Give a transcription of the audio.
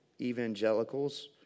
evangelicals